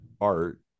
art